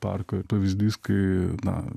parko pavyzdys kai na